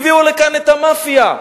הביאו לכאן את המאפיה.